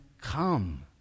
come